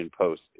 post